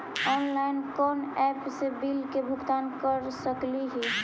Online कोन app से bill के भुगतान कर सकली ही?